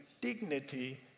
dignity